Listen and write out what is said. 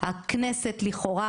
הכנסת לכאורה